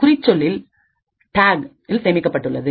இது குறிச்சொல்லில் tag tag சேமிக்கப்பட்டுள்ளது